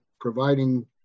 providing